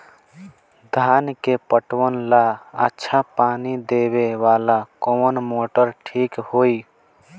धान के पटवन ला अच्छा पानी देवे वाला कवन मोटर ठीक होई?